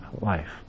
life